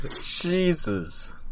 Jesus